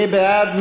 מי בעד?